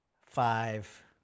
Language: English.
five